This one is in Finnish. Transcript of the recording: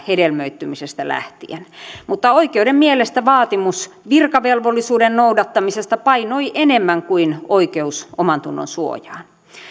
hedelmöittymisestä lähtien mutta oikeuden mielestä vaatimus virkavelvollisuuden noudattamisesta painoi enemmän kuin oikeus omantunnonsuojaan